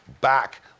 back